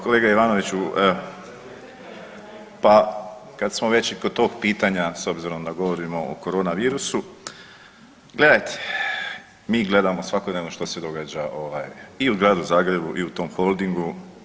Kolega Ivanoviću pa kad smo već i kod tog pitanja s obzirom da govorimo o corona virusu, gledajte mi gledamo svakodnevno što se događa i u gradu Zagrebu i u tom Holdingu.